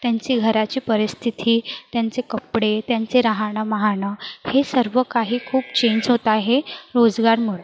त्यांची घराची परिस्थिथी त्यांचे कपडे त्यांचे राहाणंमाहाणं हे सर्व काही खूप चेंज होत आहे रोजगारमुळे